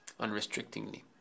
unrestrictingly